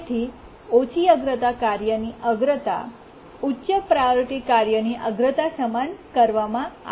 તેથી ઓછી અગ્રતા કાર્યની અગ્રતા ઉચ્ચ પ્રાયોરીટી કાર્યની અગ્રતા સમાન કરવામાં આવે છે